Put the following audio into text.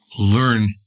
learn